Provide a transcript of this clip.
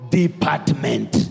department